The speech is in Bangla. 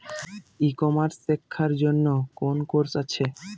ই কমার্স শেক্ষার জন্য কোন কোর্স আছে?